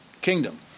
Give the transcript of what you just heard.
kingdom